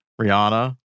Rihanna